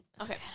Okay